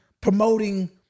promoting